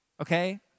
okay